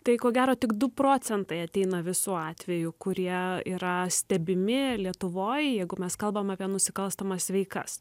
tai ko gero tik du procentai ateina visų atvejų kurie yra stebimi lietuvoj jeigu mes kalbam apie nusikalstamas veikas